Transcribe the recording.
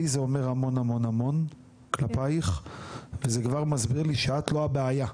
לי זה אומר המון כלפיך וזה כבר מסביר לי שאת לא הבעיה.